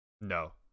no